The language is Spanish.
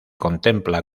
contempla